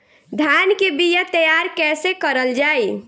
धान के बीया तैयार कैसे करल जाई?